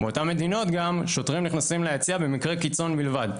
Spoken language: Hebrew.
באותן מדינות שוטרים נכנסים ליציע במקרי קיצון בלבד.